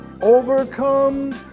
overcome